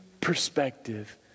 perspective